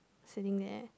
sitting there